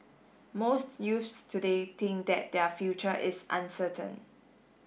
most youths today think that their future is uncertain